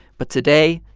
but today,